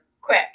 quick